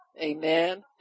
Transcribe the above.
Amen